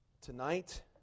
tonight